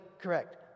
correct